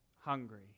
hungry